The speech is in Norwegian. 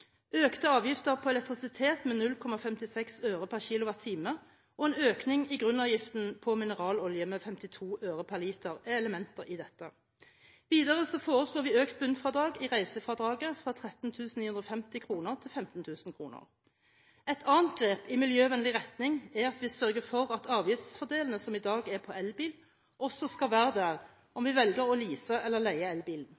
Økte avgifter på elektrisitet med 0,56 øre per kWh og en økning i grunnavgiften på mineralolje med 52 øre per liter er elementer i dette. Videre foreslår vi økt bunnfradrag i reisefradraget fra 13 950 kr til 15 000 kr. Et annet grep i miljøvennlig retning er at vi sørger for at avgiftsfordelene som i dag er på elbil, også skal være der om